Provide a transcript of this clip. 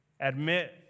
admit